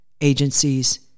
agencies